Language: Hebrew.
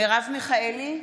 מרב מיכאלי,